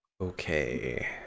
Okay